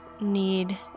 need